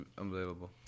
unbelievable